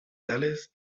teles